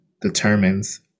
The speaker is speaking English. determines